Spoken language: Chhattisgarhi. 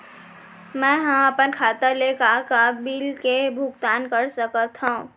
मैं ह अपन खाता ले का का बिल के भुगतान कर सकत हो